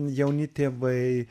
jauni tėvai